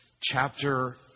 chapter